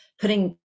putting